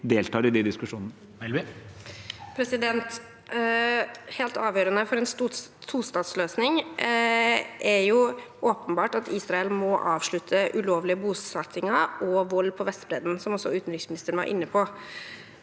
Helt avgjørende for en tostatsløsning er åpenbart at Israel må avslutte ulovlige bosettinger og vold på Vestbredden, som også utenriksministeren var inne på.